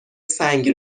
سنگ